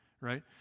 right